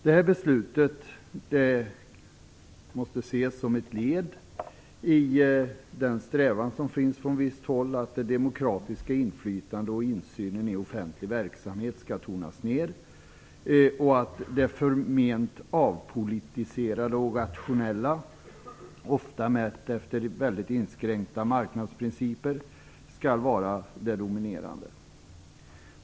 Det beslutet måste ses som ett led i den strävan som finns från visst håll, att det demokratiska inflytandet och insynen i offentlig verksamhet skall tonas ned och att det förment avpolitiserade och rationella, ofta mätt efter inskränkta marknadsprinciper, skall vara dominerande.